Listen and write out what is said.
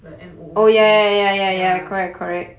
the M O O C